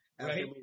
right